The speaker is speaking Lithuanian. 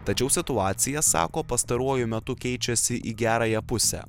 tačiau situacija sako pastaruoju metu keičiasi į gerąją pusę